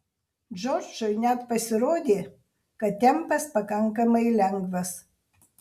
džordžui net pasirodė kad tempas pakankamai lengvas